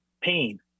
pain